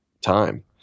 time